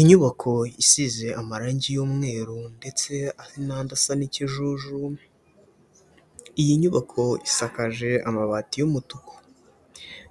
Inyubako isize amarangi y'umweru ndetse hari n'andi asa n'ikijuju, iyi nyubako isakaje amabati y'umutuku.